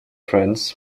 friends